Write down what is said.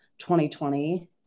2020